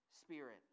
spirit